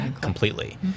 completely